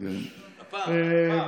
הפעם, הפעם.